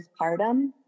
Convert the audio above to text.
postpartum